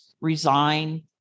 resign